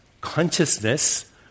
consciousness